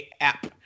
app